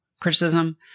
criticism